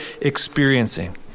experiencing